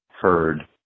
heard